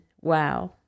wow